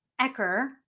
ecker